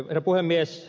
herra puhemies